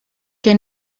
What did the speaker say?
que